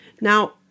Now